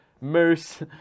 Moose